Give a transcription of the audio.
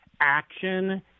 action